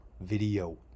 video